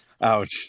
Ouch